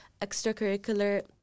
extracurricular